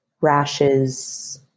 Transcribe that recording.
rashes